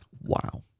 Wow